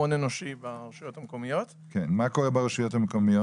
מה קורה ברשויות המקומיות?